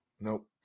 Nope